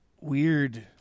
Weird